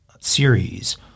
series